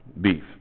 beef